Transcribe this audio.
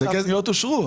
הפניות אושרו.